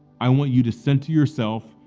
i want you to send to yourself,